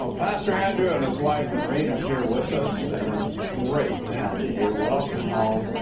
ah pastor and and his wife marina here with us and it's great to have you here welcome home.